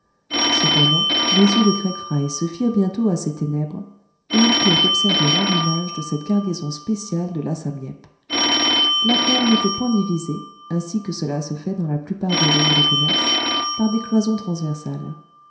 cependant les yeux de craig fry se firent bientôt à ces ténèbres et ils purent observer l'arrimage de cette cargaison spéciale de la sam yep la cale n'était point divisée ainsi que cela se fait dans la plupart des jonques de commerce par des cloisons transversales